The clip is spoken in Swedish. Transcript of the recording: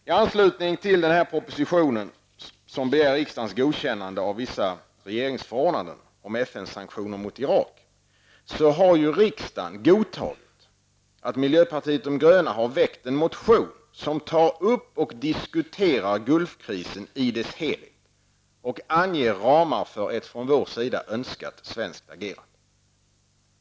I anslutning till denna proposition, där man begär riksdagens godkännande av vissa regeringsförordnanden om FN-sanktioner mot Irak, har riksdagen godkänt att miljöpartiet de gröna har väckt en motion som tar upp en diskussion om Gulfkrisen i dess helhet och anger ramar för ett från vår sida önskat svenskt agerande.